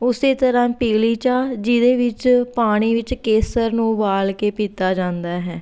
ਉਸੇ ਤਰ੍ਹਾਂ ਪੀਲੀ ਚਾਹ ਜਿਹਦੇ ਵਿੱਚ ਪਾਣੀ ਵਿੱਚ ਕੇਸਰ ਨੂੰ ਉਬਾਲ ਕੇ ਪੀਤਾ ਜਾਂਦਾ ਹੈ